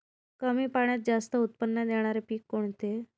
कमी पाण्यात जास्त उत्त्पन्न देणारे पीक कोणते?